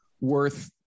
worth